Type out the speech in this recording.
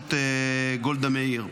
בראשות גולדה מאיר.